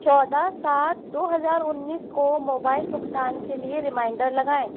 चौदह सात दो हज़ार उन्नीस को मोबाइल भुगतान के लिए रिमाइंडर लगाएँ